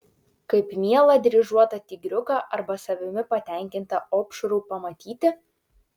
kaip mielą dryžuotą tigriuką arba savimi patenkintą opšrų pamatyti